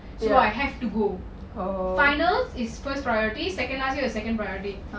so I have to go final is first priority second last year is second pirority